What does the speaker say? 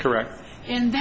correct and